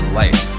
life